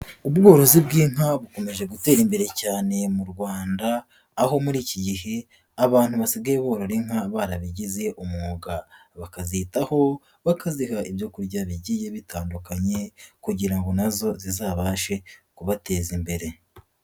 Ubworozi bw'inka bukomeje gutera imbere cyane mu Rwanda aho muri iki gihe abantu basigaye borora inka barabigize umwuga, bakazitaho bakaziha ibyo kurya bigiye bitandukanye kugira ngo na zo zizabashe kubateza imbere.